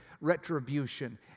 retribution